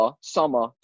summer